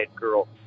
girl